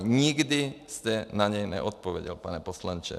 Nikdy jste na něj neodpověděl, pane poslanče.